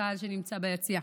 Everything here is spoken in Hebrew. הקהל שנמצא ביציע.